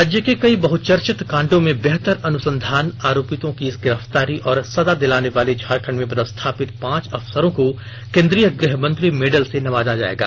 राज्य के कई बहुचर्चित कांडों में बेहतर अनुसंधान आरोपितों की गिरफ्तारी और सजा दिलाने वाले झारखंड में पदस्थापित पांच अफसरों को केंद्रीय गृह मंत्री मेडल से नवाजा जाएगा